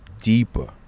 deeper